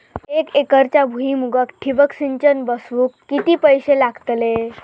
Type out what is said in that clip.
एक एकरच्या भुईमुगाक ठिबक सिंचन बसवूक किती पैशे लागतले?